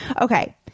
okay